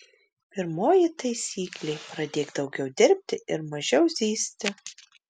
pirmoji taisyklė pradėk daugiau dirbti ir mažiau zyzti